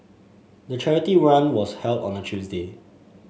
the charity run was held on a Tuesday